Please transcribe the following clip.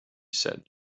said